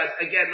Again